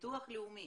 ביטוח לאומי,